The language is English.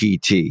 PT